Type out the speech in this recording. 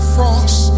Frost